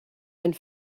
and